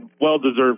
well-deserved